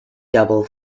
double